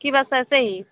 कि बस ऐसे ही